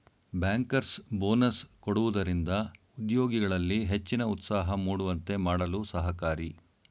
bankers bonus ಕೊಡುವುದರಿಂದ ಉದ್ಯೋಗಿಗಳಲ್ಲಿ ಹೆಚ್ಚಿನ ಉತ್ಸಾಹ ಮೂಡುವಂತೆ ಮಾಡಲು ಸಹಕಾರಿ